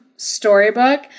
storybook